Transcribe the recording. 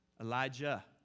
Elijah